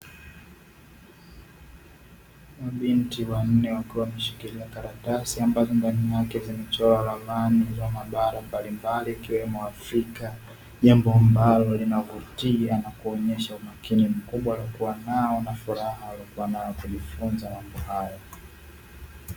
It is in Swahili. Mabinti wanne wakiwa wameshikilia karatasi ambazo ndani yake zimechora ramani ya mabara mbalimbali ikiwemo afrika nyimbo ambayo inavutia na kuonyesha umakini mkubwa nao na furaha walikuwa na kujifunza.